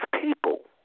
people